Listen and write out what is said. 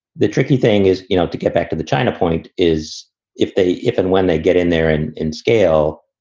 the tricky thing is you know to get back to the china point is if they if and when they get in there and scale.